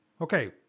Okay